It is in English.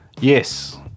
Yes